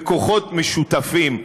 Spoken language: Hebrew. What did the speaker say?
בכוחות משותפים,